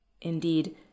Indeed